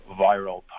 viral